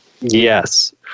Yes